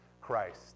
Christ